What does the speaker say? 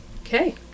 Okay